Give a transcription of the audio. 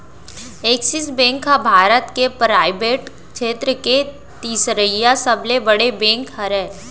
axis bank ह भारत के private छेत्र के तिसरइसा सबले बड़े बेंक हरय